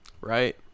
Right